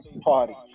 party